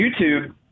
youtube